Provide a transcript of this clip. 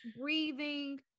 breathing